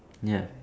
ya